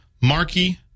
Markey